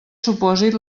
supòsit